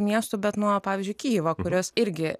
miestų bet nuo pavyzdžiui kijevo kurios irgi